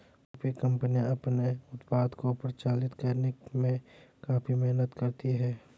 coffee कंपनियां अपने उत्पाद को प्रचारित करने में काफी मेहनत करती हैं